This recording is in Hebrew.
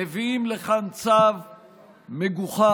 מביאים לכאן צו מגוחך,